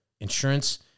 insurance